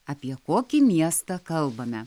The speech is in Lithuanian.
apie kokį miestą kalbame